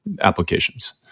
applications